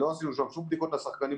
לא עשינו שם שום בדיקות לשחקנים,